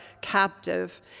captive